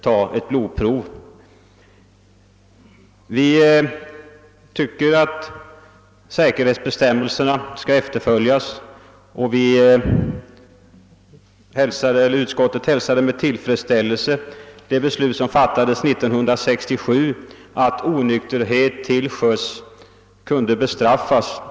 Enligt utskottets mening måste säkerhetsbestämmelserna efterföljas, och vi hälsade med tillfredsställelse det beslut som fattades 1967 om att onykterhet till sjöss skall kunna bestraffas.